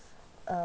err